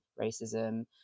racism